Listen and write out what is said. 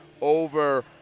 over